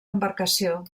embarcació